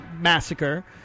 massacre